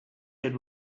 had